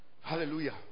Hallelujah